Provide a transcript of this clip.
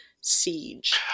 Siege